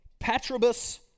Patrobus